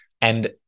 And-